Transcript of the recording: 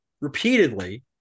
Repeatedly